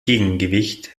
gegengewicht